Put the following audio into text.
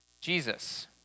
Jesus